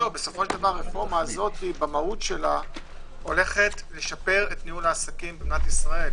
הרפורמה הזו במהות שלה הולכת לשפר את ניהול העסקים במדינת ישראל,